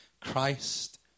Christ